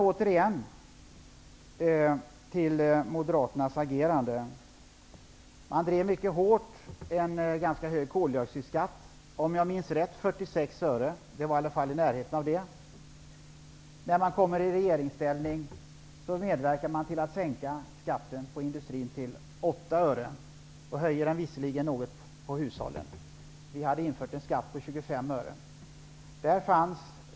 Återigen till Moderaternas agerande. De drev mycket hårt på att införa en ganska hög koldioxidskatt. Om jag minns rätt var det 46 öre, eller i varje fall i närheten av det. När de kommer i regeringsställning medverkar de till att sänka skatten för industrin till 8 öre och höja den visserligen något för hushållen. Vi hade infört en skatt på 25 öre.